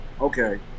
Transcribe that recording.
okay